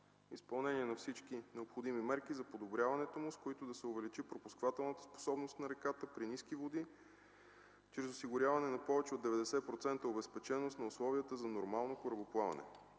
изпълнение на всички необходими мерки за подобряването му, с които да се увеличи пропускателната способност на реката при ниски води чрез осигуряване на повече от 90% обезпеченост на условията за нормално корабоплаване.